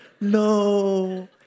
No